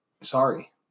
Sorry